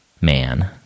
man